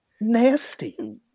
Nasty